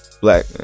black